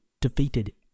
defeated